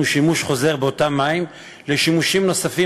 שימוש חוזר באותם מים לשימושים נוספים,